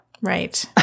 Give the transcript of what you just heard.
right